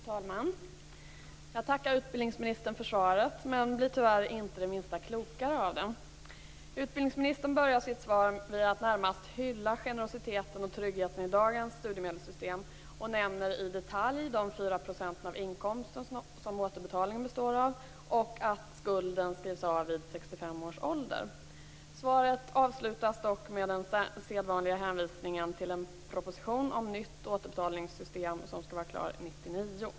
Fru talman! Jag tackar utbildningsministern för svaret men blir tyvärr inte det minsta klokare av det. Utbildningsministern börjar sitt svar med att närmast hylla generositeten och tryggheten i dagens studiemedelssystem och nämner i detalj de fyra procenterna av inkomsten som återbetalningen består av och att skulden skrivs av vid 65 års ålder. Svaret avslutas dock med den sedvanliga hänvisningen till en proposition om ett nytt återbetalningssystem 1999.